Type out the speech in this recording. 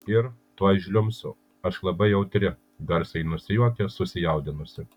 ir tuoj žliumbsiu aš labai jautri garsiai nusijuokia susijaudinusi